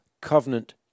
covenant